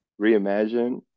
reimagine